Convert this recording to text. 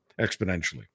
exponentially